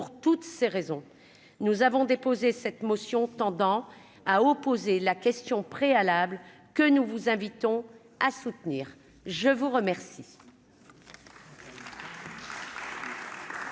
pour toutes ces raisons, nous avons déposé cette motion tendant à opposer la question préalable que nous vous invitons à soutenir, je vous remercie.